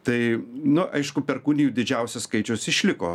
tai nu aišku perkūnijų didžiausias skaičius išliko